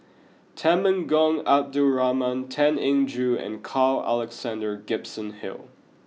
Temenggong Abdul Rahman Tan Eng Joo and Carl Alexander Gibson Hill